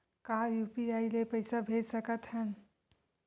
का यू.पी.आई ले पईसा भेज सकत हन?